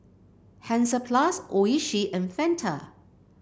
Hansaplast Oishi and Fanta